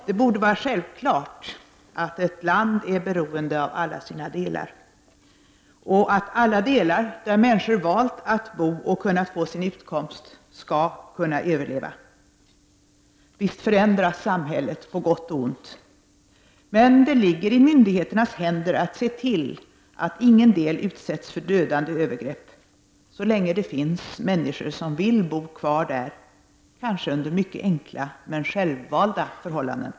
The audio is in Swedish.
Det borde vara självklart att ett land är beroende av alla sina delar och att alla delar där människor valt att bo och kunnat få sin utkomst skall kunna överleva. Visst förändras samhället — på gott och ont — men det ligger i myndigheternas händer att se till att ingen del utsätts för dödande övergrepp så länge det finns människor som vill bo kvar där, kanske under mycket enkla men självvalda förhållanden.